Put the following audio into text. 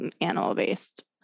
animal-based